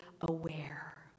aware